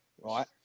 Right